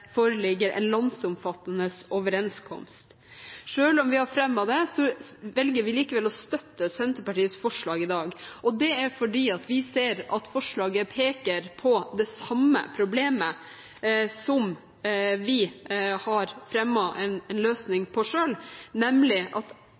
foreligger en landsomfattende overenskomst. Selv om vi har fremmet det, velger vi likevel å gå sammen med Senterpartiet om forslag i dag, og det er fordi vi ser at forslaget peker på det samme problemet som vi har fremmet en løsning